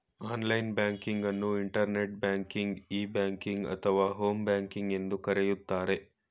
online banking ಅನ್ನು internet ಬ್ಯಾಂಕಿಂಗ್ವೆ, ಬ್ ಬ್ಯಾಂಕಿಂಗ್ ಅಥವಾ ಹೋಮ್ ಬ್ಯಾಂಕಿಂಗ್ ಎಂದು ಕರೆಯುತ್ತಾರೆ